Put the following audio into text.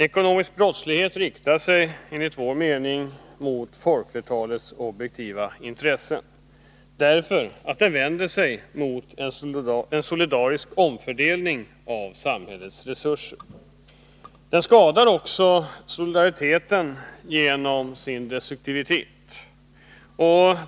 Ekonomisk brottslighet riktar sig, enligt vår mening, mot folkflertalets objektiva intressen, därför att den vänder sig mot en solidarisk omfördelning av samhällets resurser. Den skadar också solidariteten genom sin destruktivitet.